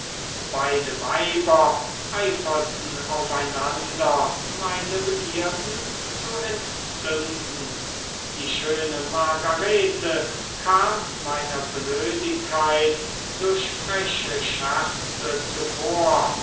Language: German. beide weiber eiferten auf einander meine begierden zu entzünden die schöne margarete kam meiner blödigkeit durch freche scherze zuvor